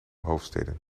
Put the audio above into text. hoofdsteden